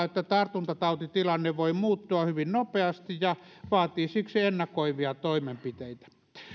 että tartuntatautitilanne voi muuttua hyvin nopeasti ja vaatii siksi ennakoivia toimenpiteitä